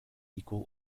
equal